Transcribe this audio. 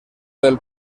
del